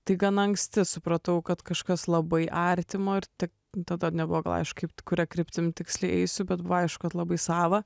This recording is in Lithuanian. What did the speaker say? tai gana anksti supratau kad kažkas labai artimo ir tik tada nebuvo gal aišku kuria kryptim tiksliai eisiu bet aišku kad labai sava